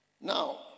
Now